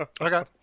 Okay